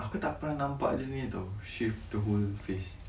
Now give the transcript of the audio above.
aku tak pernah nampak dia ni tau shave the whole face